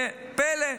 ופלא,